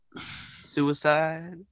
suicide